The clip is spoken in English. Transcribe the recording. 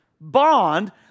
bond